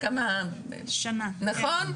שנה, כן.